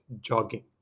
jogging